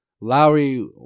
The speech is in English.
Lowry